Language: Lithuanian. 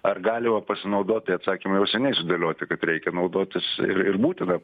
ar galima pasinaudot tai atsakymai jau seniai sudėlioti kad reikia naudotis ir ir būtina